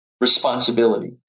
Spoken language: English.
responsibility